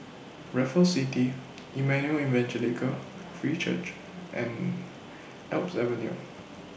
Raffles City Emmanuel Evangelical Free Church and Alps Avenue